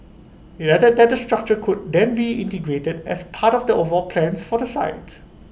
IT added that the structure could then be integrated as part of the overall plans for the site